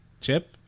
chip